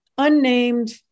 unnamed